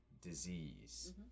disease